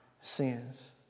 sins